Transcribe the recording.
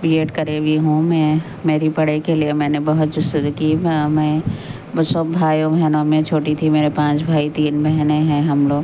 be Ed کرے ہوئی ہوں میں میری پڑھائی کے لیے میں بہت جستجو کی میں سب بھائیوں بہنوں میں چھوٹی تھی میرے پانچ بھائی تین بہنیں ہیں ہم لوگ